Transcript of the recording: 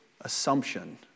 assumption